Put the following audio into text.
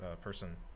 person